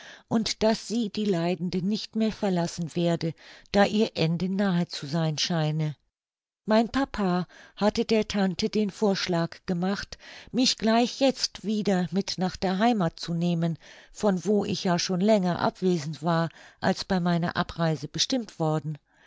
und daß sie die leidende nicht mehr verlassen werde da ihr ende nahe zu sein scheine mein papa hatte der tante den vorschlag gemacht mich gleich jetzt wieder mit nach der heimath zu nehmen von wo ich ja schon länger abwesend war als bei meiner abreise bestimmt worden